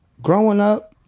growin' up,